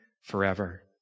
forever